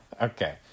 Okay